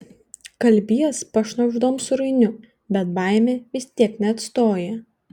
kalbies pašnabždom su rainiu bet baimė vis tiek neatstoja